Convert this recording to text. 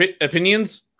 opinions